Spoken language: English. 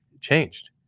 changed